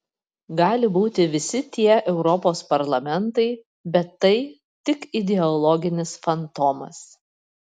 gali būti visi tie europos parlamentai bet tai tik ideologinis fantomas